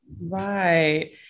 Right